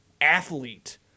athlete